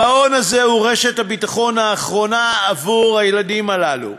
המעון הזה הוא רשת הביטחון האחרונה בעבור הילדים הללו.